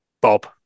Bob